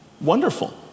wonderful